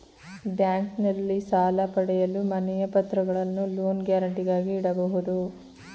ಬ್ಯಾಂಕ್ನಲ್ಲಿ ಸಾಲ ಪಡೆಯಲು ಮನೆಯ ಪತ್ರಗಳನ್ನು ಲೋನ್ ಗ್ಯಾರಂಟಿಗಾಗಿ ಇಡಬಹುದು